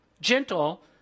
Gentle